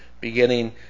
beginning